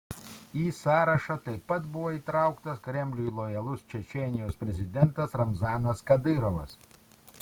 į sąrašą taip pat buvo įtrauktas kremliui lojalus čečėnijos prezidentas ramzanas kadyrovas